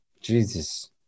Jesus